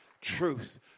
Truth